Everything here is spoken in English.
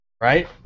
Right